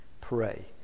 pray